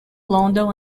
london